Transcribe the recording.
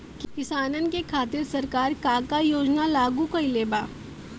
किसानन के खातिर सरकार का का योजना लागू कईले बा?